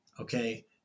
okay